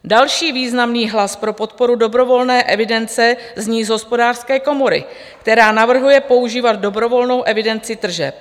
Další významný hlas pro podporu dobrovolné evidence zní z Hospodářské komory, která navrhuje používat dobrovolnou evidenci tržeb.